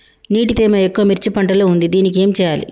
నీటి తేమ ఎక్కువ మిర్చి పంట లో ఉంది దీనికి ఏం చేయాలి?